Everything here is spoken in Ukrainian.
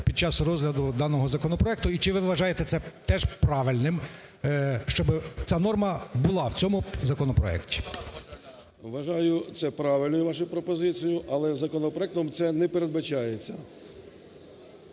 під час розгляду даного законопроекту? І чи ви вважаєте це теж правильним, щоби ця норма була в цьому законопроекті? 11:02:05 ПАЛАМАРЧУК М.П. Вважаю це правильним, вашу пропозицію, але законопроектом це не передбачається.